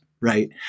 right